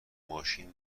ماشین